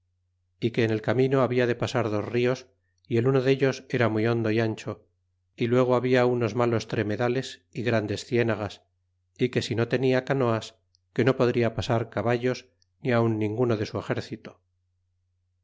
y que en el camino habia de pasar dos nos y el uno dellos era muy hondo y ancho y luego habia unos malos tremedales y grandes cienagas y que si no tenia canoas que no podria pasar caballos ni aun ninguno de su exército